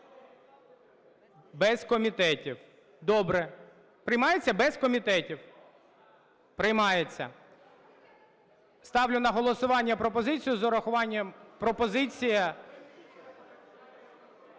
Без комітетів, добре. Приймається - без комітетів? Приймається. Ставлю на голосування пропозицію з урахуванням.